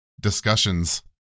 discussions